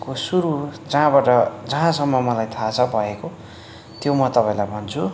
को सुरु जहाँबाट जहाँसम्म मलाई थाहा छ भएको त्यो म तपाईँलाई भन्छु